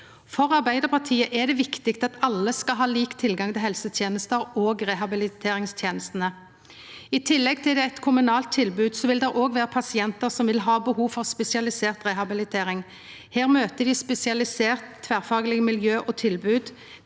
For Arbeidarpartiet er det viktig at alle skal ha lik tilgang til helsetenestene og rehabiliteringstenestene. I tillegg til eit kommunalt tilbod vil det òg vera pasientar som vil ha behov for spesialisert rehabilitering. Her møter dei spesialiserte tverrfaglege miljø og tilbod.